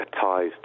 ties